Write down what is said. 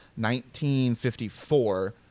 1954